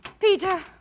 Peter